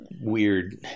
weird